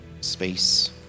space